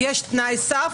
ואיך אתה נותן מענה